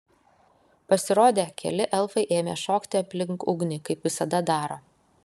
pasirodę keli elfai ėmė šokti aplink ugnį kaip visada daro